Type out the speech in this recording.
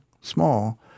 small